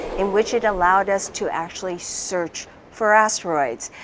in which it allowed us to actually search for asteroids.